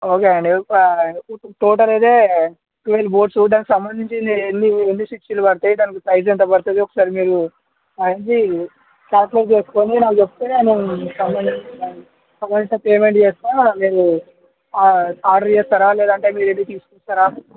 okay అండి total అయితే twelve boards దానికి సంబంధించి ఎన్ని ఎన్నిస్విచ్చులు పడతాయి దానికి సైజ్ ఎంత పడుతుంది ఒకసారి మీరు అవి అన్నీ కాల్యుకులేట్ చేసుకుని నాకు చెప్తే నేను సంబంధించిన సంబంధించిన పేమెంట్ చేస్తాను మీరు ఆర్డర్ చేస్తారా లేదంటే మీరు వెళ్ళి తీసుకుంటురా